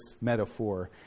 metaphor